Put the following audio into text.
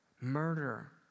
murder